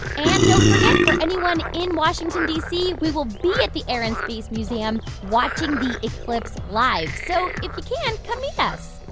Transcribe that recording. and don't forget, for anyone in washington, d c, we will be at the air and space museum watching the eclipse live. so if you can, come meet us.